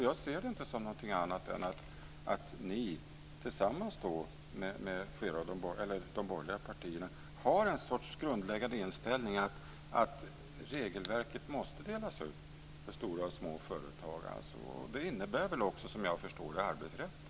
Jag ser det inte som någonting annat än att ni tillsammans med de borgerliga partierna har en sorts grundläggande inställning att regelverket måste delas upp för stora och små företag. Som jag förstår det innebär väl det också arbetsrätten.